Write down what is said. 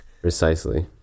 Precisely